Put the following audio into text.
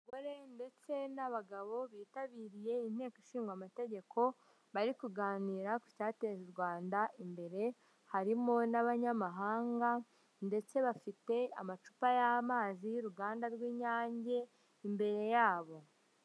Abagore ndetse n'abagabo bitabiriye inteko ishinga amategeko, bari kuganira ku cyateza u Rwanda imbere, harimo n'abanyamahanga ndetse bafite amacupa y'amazi y'uruganda rw'inyange imbere yabo.